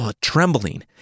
trembling